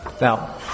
Now